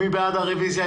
מי בעד הרביזיה?